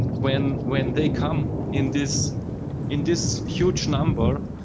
when when they come in this in this huge number,